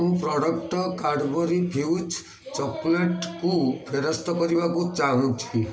ମୁଁ product Cadbury Fuse ଚକୋଲେଟ୍କୁ ଫେରସ୍ତ କରିବାକୁ ଚାହୁଁଛି